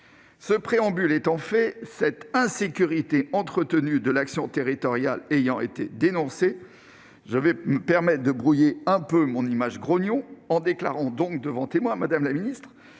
Ce préambule étant fait, cette insécurité entretenue de l'action territoriale ayant été dénoncée, je me permettrai de brouiller quelque peu mon image de grognon en déclarant- devant témoins, madame la ministre